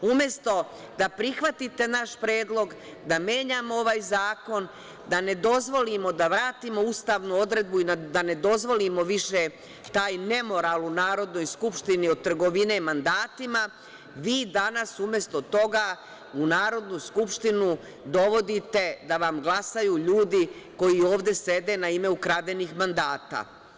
Umesto da prihvatite naš predlog da menjamo ovaj zakon, da ne dozvolimo, da vratimo ustavnu odredbu i da ne dozvolimo više taj nemoral u Narodnoj skupštini od trgovine mandatima, vi danas, umesto toga u Narodnu skupštinu, dovodite da vam glasaju ljudi koji ovde sede na ime ukradenih mandata.